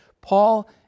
Paul